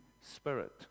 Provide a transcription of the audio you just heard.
spirit